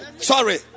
Sorry